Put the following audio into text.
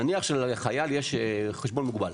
נניח שלחייל יש חשבון מוגבל,